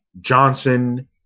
Johnson